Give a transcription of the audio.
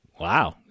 Wow